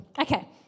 Okay